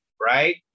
right